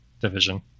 division